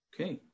Okay